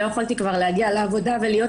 לא יכולתי כבר להגיע לעבודה ולהיות